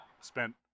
spent